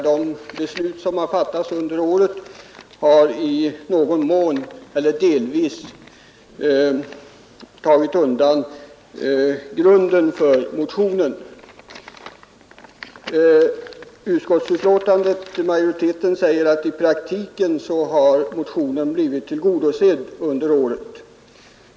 De beslut som har fattats under året har alltså delvis tagit undan grunden för motionen. Utskottsmajoriteten anför att motionens syfte i praktiken har blivit tillgodosett under året.